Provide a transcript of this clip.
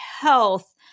health